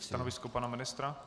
Stanovisko pana ministra?